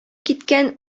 киткән